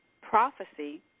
prophecy